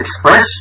express